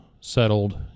settled